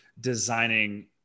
designing